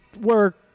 work